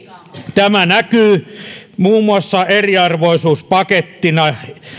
tämä näkyy muun muassa eriarvoisuuspakettina